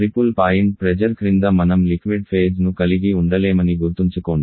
triple point pressure క్రింద మనం liquid phase ను కలిగి ఉండలేమని గుర్తుంచుకోండి